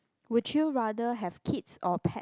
would you rather have kids or pet